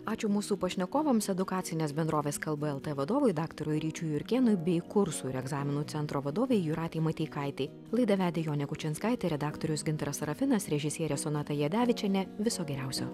ačiū mūsų pašnekovams edukacinės bendrovės kalba lt vadovui daktarui ryčiui jurkėnui bei kursų ir egzaminų centro vadovei jūratei mateikaitei laidą vedė jonė kučinskaitė redaktorius gintaras serafinas režisierė sonata jadevičienė viso geriausio